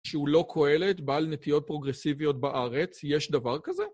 שהוא לא קוהלת, בעל נטיות פרוגרסיביות בארץ, יש דבר כזה?